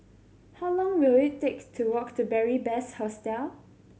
how long will it take to walk to Beary Best Hostel